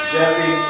Jesse